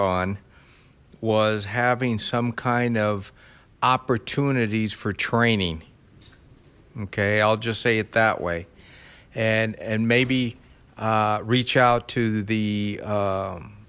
on was having some kind of opportunities for training okay i'll just say it that way and and maybe reach out to the